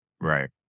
right